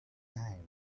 time